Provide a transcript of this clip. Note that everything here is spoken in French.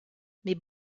mais